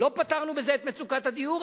לא פתרנו בזה את מצוקת הדיור,